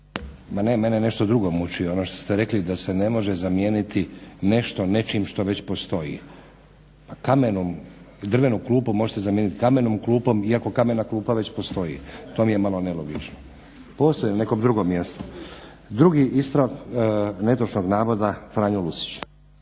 Ma ne, mene nešto drugo muči, ono što ste rekli da se ne može zamijeniti nešto nečim što već postoji. Drvenu klupu možete zamijenit kamenom klupom iako kamena klupa već postoji. To mi je malo nelogično. Postoji li neko drugo mjesto. Drugi ispravak netočnog navoda, Franjo Lucić.